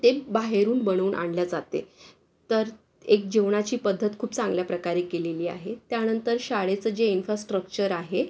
ते बाहेरून बनवून आणले जाते तर एक जेवणाची पद्धत खूप चांगल्या प्रकारे केलेली आहे त्यानंतर शाळेचं जे इन्फ्रास्ट्रक्चर आहे